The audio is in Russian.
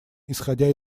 исходя